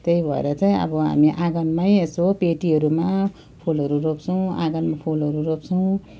त्यही भएर चाहिँ अब हामी आँगनमा यसो पेटीहरूमा फुलहरू रोप्छौँ आँगनमा फुलहरू रोप्छौँ